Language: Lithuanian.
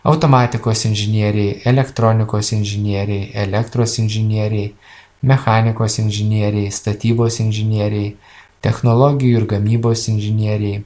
automatikos inžinieriai elektronikos inžinieriai elektros inžinieriai mechanikos inžinieriai statybos inžinieriai technologijų ir gamybos inžinieriai